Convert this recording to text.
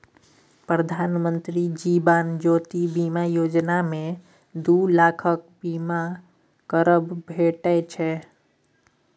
प्रधानमंत्री जीबन ज्योती बीमा योजना मे दु लाखक बीमा कबर भेटै छै